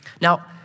Now